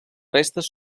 restes